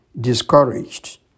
discouraged